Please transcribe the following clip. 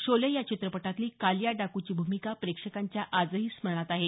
शोले या चित्रपटातली कालिया डाकूची भूमिका प्रेक्षकांच्या आजही स्मरणात आहे